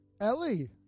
Ellie